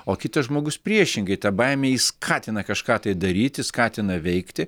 o kitas žmogus priešingai ta baimė jį skatina kažką tai daryti skatina veikti